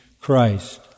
Christ